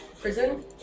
prison